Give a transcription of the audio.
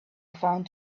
found